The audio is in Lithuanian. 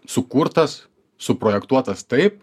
sukurtas suprojektuotas taip